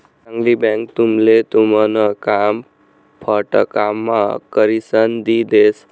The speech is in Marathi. चांगली बँक तुमले तुमन काम फटकाम्हा करिसन दी देस